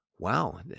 wow